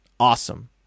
Awesome